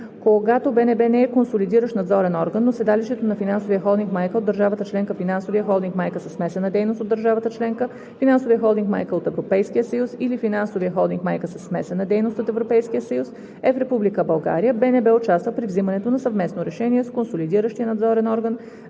Когато БНБ не е консолидиращ надзорен орган, но седалището на финансовия холдинг майка от държава членка, финансовия холдинг майка със смесена дейност от държава членка, финансовия холдинг майка от Европейския съюз или финансовия холдинг майка със смесена дейност от Европейския съюз е в Република България, БНБ участва при вземането на съвместно решение с консолидиращия надзорен орган